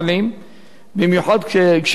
במיוחד כשבמדינת ישראל